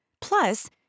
Plus